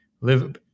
live